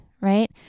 right